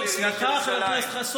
הוא היה קצין בסיירת מטכ"ל,